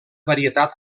varietat